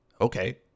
Okay